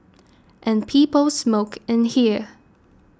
and people smoked in there